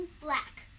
black